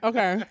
Okay